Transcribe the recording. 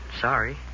Sorry